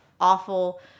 awful